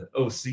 OC